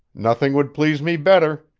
nothing would please me better,